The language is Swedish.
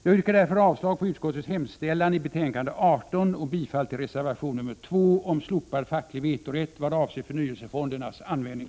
Jag yrkar därför avslag på utskottets hemställan i finansutskottets betänkande 18 och bifall till reservation 2 om slopad facklig vetorätt vad avser förnyelsefondernas användning.